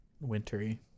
wintery